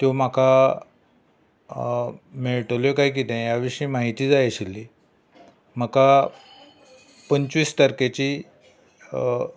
त्यो म्हाका मेळटल्यो काय कितें ह्या विशीं म्हायती जाय आशिल्ली म्हाका पंचवीस तारखेची